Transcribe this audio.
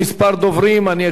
מי שלא יהיה, רבותי,